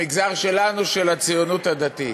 המגזר שלנו, של הציונות הדתית.